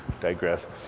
digress